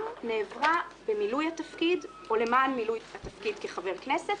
נעברה במילוי התפקיד או למען מילוי התפקיד כחבר הכנסת,